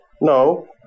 No